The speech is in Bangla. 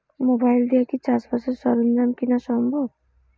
মোবাইল দিয়া কি চাষবাসের সরঞ্জাম কিনা সম্ভব?